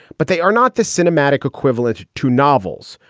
but they are not the cinematic equivalent to novels.